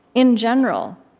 in general,